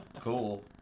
cool